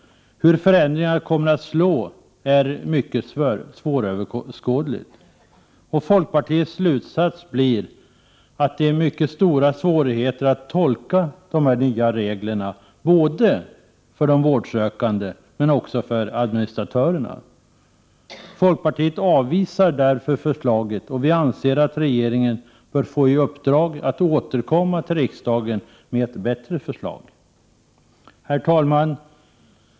Hur förändringarna kommer att slå är mycket svåröverskådligt. Folkpartiets slutsats är att det blir mycket stora svårigheter att tolka de nya reglerna för både vårdsökande och administratörer. Folkpartiet avvisar därför förslaget och anser att regeringen bör få i uppdrag att återkomma till riksdagen med ett bättre förslag. Herr talman!